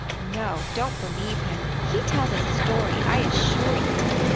no, don't believe him he tells a story, i assure you.